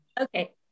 okay